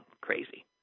crazy